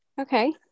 Okay